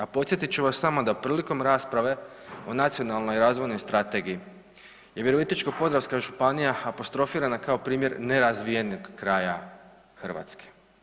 A podsjetit ću vas samo da prilikom rasprave o nacionalnoj i razvojnoj strategiji je Virovitičko-podravska županija apostrofirana kao primjer nerazvijenog kraja Hrvatske.